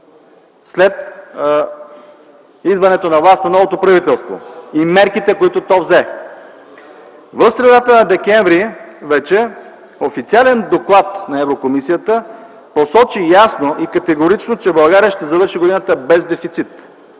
след идването на власт на новото правителство и мерките, които то взе. В средата на м. декември м.г. официален доклад на Еврокомисията посочи ясно и категорично, че България ще завърши годината без дефицит,